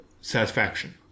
satisfaction